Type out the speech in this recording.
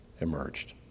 emerged